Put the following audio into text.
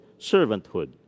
servanthood